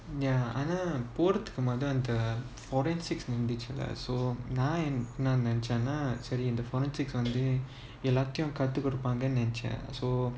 ya அதான் போறதுக்கு மொத அந்த:athaan porathuku motha antha forensics வந்துச்சுல:vanthuchula so நான் நான் என்ன நினைச்சனா செரி அந்த:naan naan enna ninachanaa seri antha forensics வந்து எல்லாத்தையும் கத்து கொடுப்பாங்கனு நினச்சேன்:vanthu ellaathayum kathu kodupaanunga ninachen so